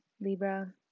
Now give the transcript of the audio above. Libra